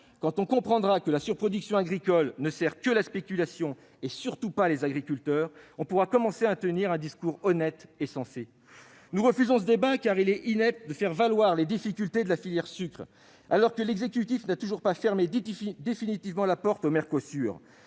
Quand on comprendra que la surproduction agricole ne sert que la spéculation et certainement pas les agriculteurs, on pourra commencer à tenir un discours honnête et sensé. Nous refusons ce débat, car il est inepte de faire valoir les difficultés de la filière sucre, alors que l'exécutif n'a toujours pas fermé définitivement la porte au projet